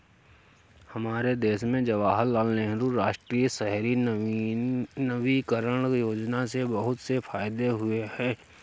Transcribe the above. हमारे देश में जवाहरलाल नेहरू राष्ट्रीय शहरी नवीकरण योजना से बहुत से फायदे हुए हैं